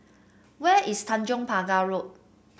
where is Tanjong Pagar Road